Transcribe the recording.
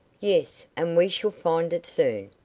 yes and we shall find it soon.